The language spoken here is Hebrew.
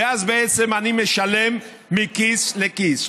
אז אני משלם מכיס לכיס,